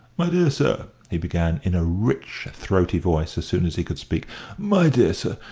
my dear sir, he began, in a rich, throaty voice, as soon as he could speak my dear sir,